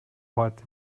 heute